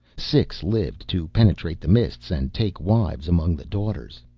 six lived to penetrate the mists and take wives among the daughters.